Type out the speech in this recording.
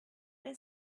then